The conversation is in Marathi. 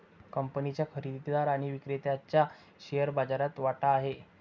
कंपनीच्या खरेदीदार आणि विक्रेत्याचा शेअर बाजारात वाटा आहे